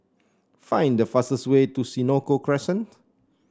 find the fastest way to Senoko Crescent